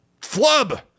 flub